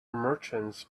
merchants